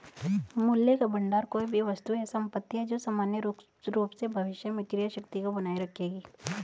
मूल्य का भंडार कोई भी वस्तु या संपत्ति है जो सामान्य रूप से भविष्य में क्रय शक्ति को बनाए रखेगी